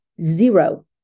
zero